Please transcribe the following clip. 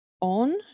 on